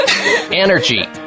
Energy